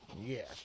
Yes